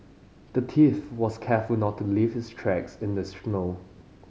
the thief was careful not to leave his tracks in the snow